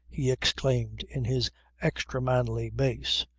he exclaimed in his extra manly bass.